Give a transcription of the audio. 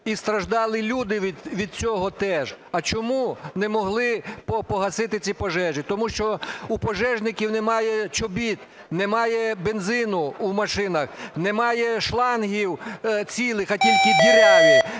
і страждали люди від цього теж. А чому не могли погасити ці пожежі? Тому що у пожежників немає чобіт, немає бензину у машинах, немає шлангів цілих, а тільки діряві.